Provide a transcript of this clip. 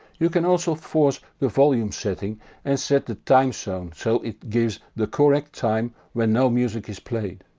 you can also force the volume setting and set the time zone so it gives the correct time when no music is played.